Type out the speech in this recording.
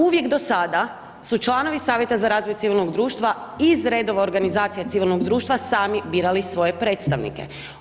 Uvijek do sada su članovi Savjeta za razvoj civilnog društva iz redova organizacije civilnog društva sami birali svoje predstavnike.